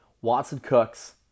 Watson-Cooks